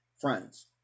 Friends